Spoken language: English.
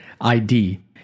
ID